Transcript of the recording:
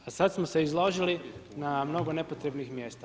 A sad smo se izložili na mnogo nepotrebnih mjesta.